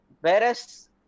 Whereas